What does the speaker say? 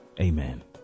amen